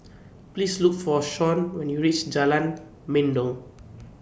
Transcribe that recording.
Please Look For Shawn when YOU REACH Jalan Mendong